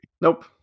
Nope